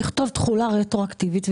אפשר לכתוב תחולה רטרואקטיבית,